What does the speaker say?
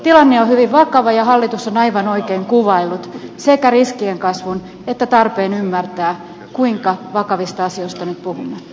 tilanne on hyvin vakava ja hallitus on aivan oikein kuvaillut sekä riskien kasvun että tarpeen ymmärtää kuinka vakavista asioista nyt puhumme